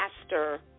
master